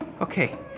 Okay